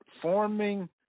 forming